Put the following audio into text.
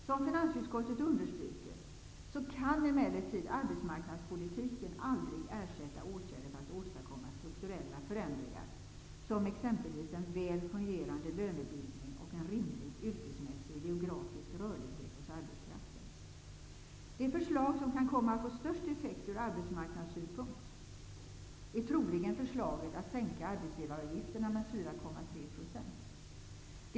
Som finansutskottet understryker, kan emellertid arbetsmarknadspolitiken aldrig ersätta åtgärder för att åstadkomma strukturella förändringar som exempelvis en väl fungerande lönebildning och en rimlig yrkesmässig och geografisk rörlighet hos arbetskraften. Det förslag som kan komma att få störst effekt ur arbetsmarknadssynpunkt är troligen förslaget att sänka arbetsgivaravgifterna med 4,3 procent.